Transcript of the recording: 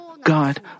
God